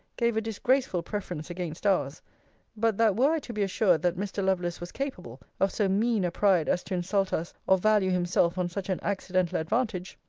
gave a disgraceful preference against ours but that were i to be assured, that mr. lovelace was capable of so mean a pride as to insult us or value himself on such an accidental advantage,